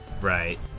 Right